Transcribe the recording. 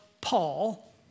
Paul